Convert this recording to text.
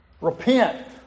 Repent